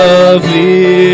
Lovely